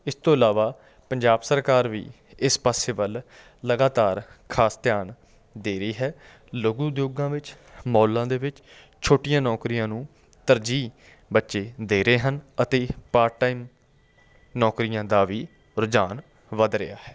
ਇਸ ਤੋਂ ਇਲਾਵਾ ਪੰਜਾਬ ਸਰਕਾਰ ਵੀ ਇਸ ਪਾਸੇ ਵੱਲ ਲਗਾਤਾਰ ਖਾਸ ਧਿਆਨ ਦੇ ਰਹੀ ਹੈ ਲਘੂ ਉਦਯੋਗਾਂ ਵਿੱਚ ਮੋਲਾਂ ਦੇ ਵਿੱਚ ਛੋਟੀਆਂ ਨੌਕਰੀਆਂ ਨੂੰ ਤਰਜੀਹ ਬੱਚੇ ਦੇ ਰਹੇ ਹਨ ਅਤੇ ਪਾਰਟ ਟਾਈਮ ਨੌਕਰੀਆਂ ਦਾ ਵੀ ਰੁਝਾਨ ਵੱਧ ਰਿਹਾ ਹੈ